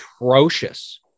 atrocious